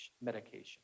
medication